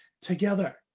together